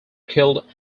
killed